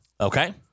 Okay